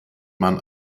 man